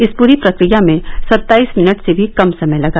इस पूरी प्रक्रिया में सत्ताईस मिनट से भी कम समय लगा